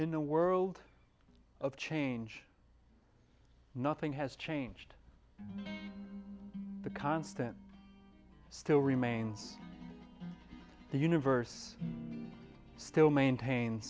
a world of change nothing has changed the constant still remains the universe still maintain